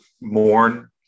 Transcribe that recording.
mourn